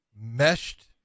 meshed